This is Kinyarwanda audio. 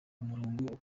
umurongo